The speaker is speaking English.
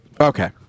okay